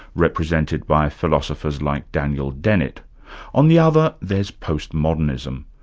represented by philosophers like daniel dennett on the other there's post-modernism.